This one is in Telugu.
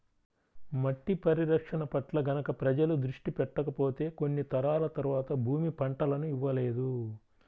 మట్టి పరిరక్షణ పట్ల గనక ప్రజలు దృష్టి పెట్టకపోతే కొన్ని తరాల తర్వాత భూమి పంటలను ఇవ్వలేదు